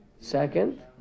Second